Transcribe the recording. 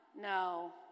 No